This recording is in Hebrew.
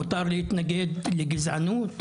מותר להתנגד לגזענות,